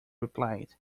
replied